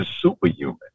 superhuman